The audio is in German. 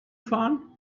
fahren